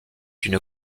une